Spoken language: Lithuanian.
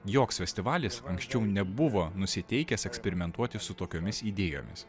joks festivalis anksčiau nebuvo nusiteikęs eksperimentuoti su tokiomis idėjomis